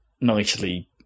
nicely